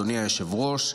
אדוני היושב-ראש,